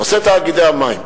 נושא תאגידי המים,